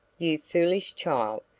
you foolish child.